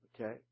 Okay